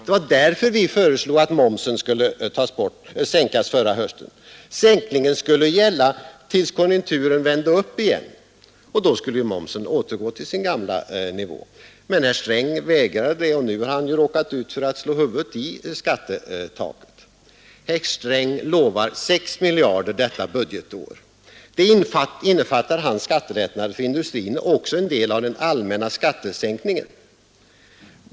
Det var därför vi förra hösten föreslog att momsen skulle sänkas. Sänkningen skulle gälla tills konjunkturen vände upp igen, och då skulle momsen återgå till sin gamla nivå. Men herr Sträng vägrade, och nu har han slagit huvudet i skattetaket. Herr Sträng lånar 6 miljarder detta budgetår. Det innefattar hans skattelättnad för industrin och också en del av den allmänna skattesänk ningen.